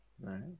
Right